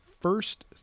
first